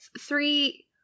Three